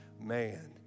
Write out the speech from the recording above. man